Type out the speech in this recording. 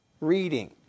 reading